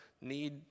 need